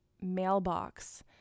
mailbox